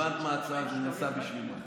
הבנת מה ההצעה, זה נעשה בשבילך.